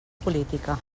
política